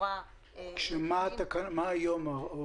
מה ההוראות היום?